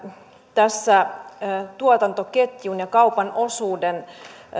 tässä tuotantoketjun ja kaupan osuuden